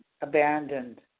abandoned